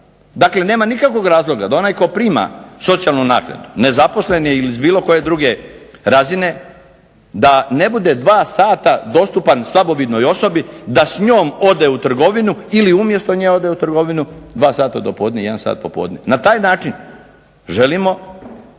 Dakle, nema nikakvog razloga da onaj tko prima socijalnu naknadu, nezaposlen je ili s bilo koje druge razine, da ne bude 2 sata dostupan slabovidnoj osobi da s njom ode u trgovinu ili umjesto nje ode u trgovinu 2 sata dopodne i 1 sat popodne. Na taj način želimo